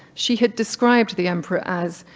she had described the emperor as,